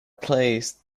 place